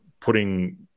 putting